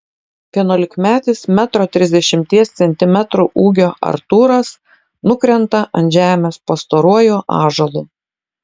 vienuolikmetis metro trisdešimties centimetrų ūgio artūras nukrenta ant žemės po storuoju ąžuolu